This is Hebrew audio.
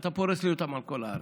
אתה פורס לי אותן על כל הארץ.